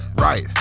Right